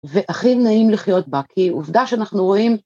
והכי נעים לחיות בה, כי עובדה שאנחנו רואים...